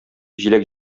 җиләк